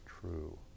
true